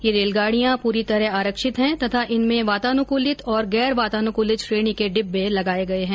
ये रेलगाड़ियां पूरी तरह आरक्षित है तथा इनमें वातानुकूलित और गैर वातानुकूलित श्रेणी के डिब्बे लगाए गए हैं